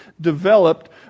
developed